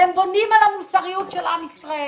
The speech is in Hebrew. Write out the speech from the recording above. והם בונים על המוסריות של עם ישראל.